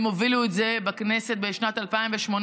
הן הובילו את זה בכנסת בשנת 2018,